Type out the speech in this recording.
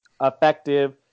effective